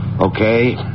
Okay